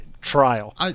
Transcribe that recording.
Trial